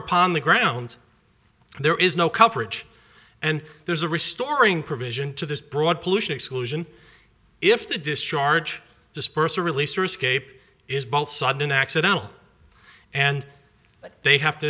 upon the ground there is no coverage and there's a restoring provision to this broad pollution exclusion if the discharge dispersal release or escape is both sudden accidental and they have